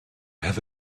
have